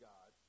God